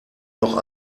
noch